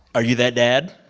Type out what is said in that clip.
are you that dad?